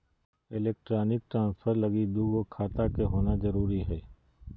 electronic transfer लगी दू गो खाता के होना जरूरी हय